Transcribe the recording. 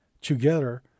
together